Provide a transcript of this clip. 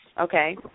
okay